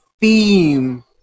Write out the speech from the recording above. theme